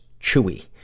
Chewy